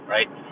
Right